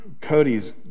Cody's